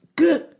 good